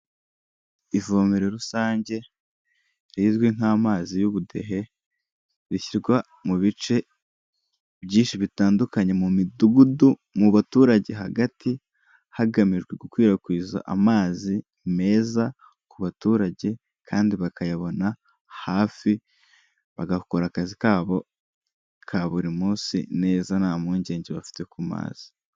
Ivomerero rusange rizwi nk'amazi y'ubudehe rishyirwa mu bice byinshi bitandukanye mu midugudu, mu baturage hagati, hagamijwe gukwirakwiza amazi meza ku baturage, kandi bakayabona hafi bagakora akazi kabo ka buri munsi neza, nta mpungenge bafite ku mazi.